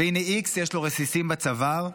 והינה ,x יש לו רסיסים בצוואר,